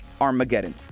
armageddon